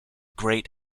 great